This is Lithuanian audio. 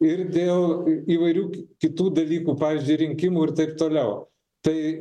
ir dėl įvairių kitų dalykų pavyzdžiui rinkimų ir taip toliau tai